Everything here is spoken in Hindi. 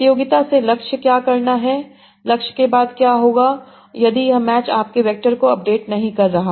प्रतियोगिता से लक्ष्य क्या करना है लक्ष्य के बाद क्या होगा यदि यह मैच आपके वैक्टर को अपडेट नहीं कर रहा है